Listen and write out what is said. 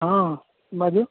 हँ बाजू